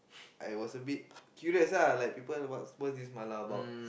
I was a bit curious lah like people what what is this mala about